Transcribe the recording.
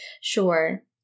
Sure